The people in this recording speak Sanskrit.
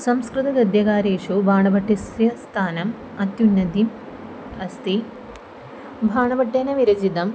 संस्कृतगद्यकाव्येषु भाणभट्टस्य स्थानम् अत्युन्नतिः अस्ति भाणभट्टेन विरचितम्